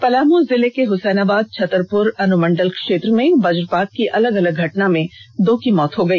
पलामू जिलें के हसैनाबाद छतरपुर अनुमंडल क्षेत्र में वज्रपात की अलग अलग घटना में दो की मौत हो गई